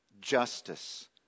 justice